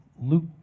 Luke